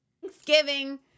Thanksgiving